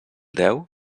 deu